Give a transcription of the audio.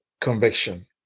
conviction